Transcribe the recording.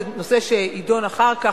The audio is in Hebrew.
זה נושא שיידון אחר כך,